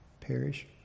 Perish